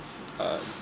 uh